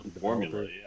formula